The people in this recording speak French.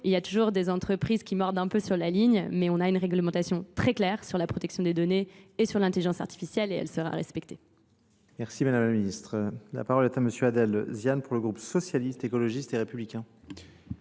il y a toujours des entreprises qui mordent un peu sur la ligne, mais on a une réglementation très claire sur la protection des données et sur l'intelligence artificielle et elle sera respectée. Merci Madame la Ministre. La parole est à Monsieur Adel Zian pour le groupe socialiste, écologiste et républicain.